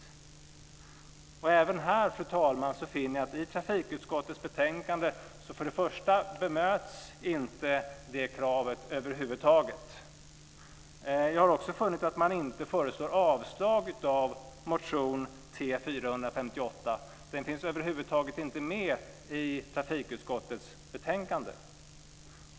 Även här, fru talman, finner jag först och främst att i trafikutskottets betänkande bemöts inte detta krav över huvud taget. Jag har också funnit att man inte föreslår att motion T458 avstyrks. Den finns över huvud taget inte med i trafikutskottets betänkande.